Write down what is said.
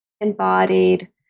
embodied